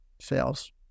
sales